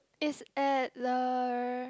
is at the